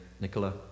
Nicola